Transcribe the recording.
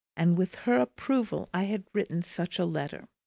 and with her approval i had written such a letter.